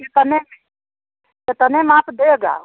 कितने में कितने में आप देगा